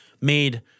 made